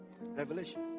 Revelation